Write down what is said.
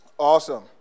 Awesome